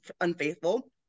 unfaithful